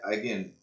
again